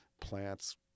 plants